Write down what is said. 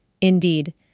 Indeed